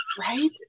right